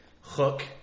hook